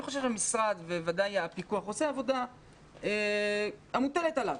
אני חושב שהמשרד ובוודאי הפיקוח עושה את העבודה המוטלת עליו.